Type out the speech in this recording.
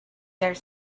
there